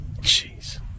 Jeez